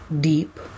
deep